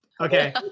Okay